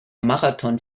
marathon